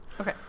Okay